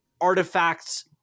artifacts